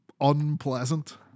unpleasant